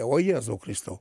va jėzau kristau